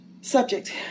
subject